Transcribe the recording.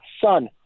son